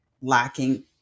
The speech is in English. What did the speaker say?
lacking